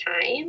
time